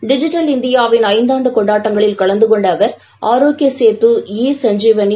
digital இந்தியாவின் ஐந்தாண்டு கொண்டாட்டங்களில் கலந்து கொண்ட அவர் ஆரோக்கிய சேது ஈ சஞ்சீவாணி